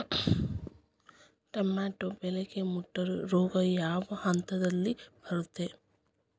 Tomato ಬೆಳೆಗೆ ಮುಟೂರು ರೋಗ ಯಾವ ಹಂತದಲ್ಲಿ ಬರುತ್ತೆ?